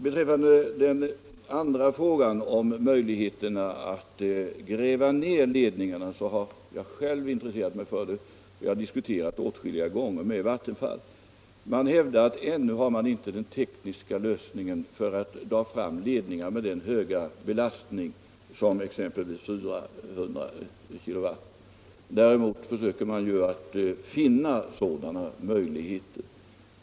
Beträffande den andra frågan om möjligheterna att gräva ner ledningarna har jag själv intresserat mig för den och diskuterat den åtskilliga gånger med Vattenfall. Man hävdar därifrån att man ännu inte har den tekniska lösningen för att kunna dra fram ledningar med så hög belastning som exempelvis 400 kilovolt under jord. Däremot försöker man finna sådana möjligheter.